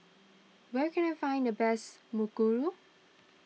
where can I find the best Mukuru